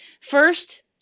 First